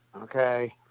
Okay